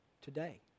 today